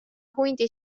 hundi